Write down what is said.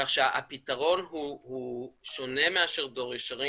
כך שהפתרון הוא שונה מאשר 'דור ישרים',